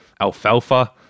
Alfalfa